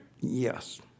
Yes